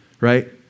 right